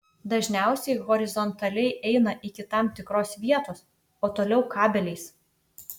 dažniausiai horizontaliai eina iki tam tikros vietos o toliau kabeliais